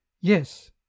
Yes